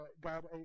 God